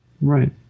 Right